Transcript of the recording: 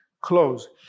close